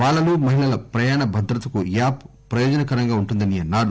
బాలలు మహిళల ప్రయాణ భద్రతకు యాప్ ప్రయోజనకరంగా ఉంటుందని అన్నారు